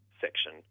section